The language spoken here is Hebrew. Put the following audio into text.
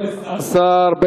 18)